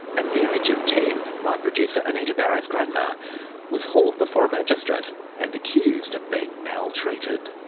at the age of ten, my producer anita barraud's grandma was hauled before a magistrate and accused of being maltreated.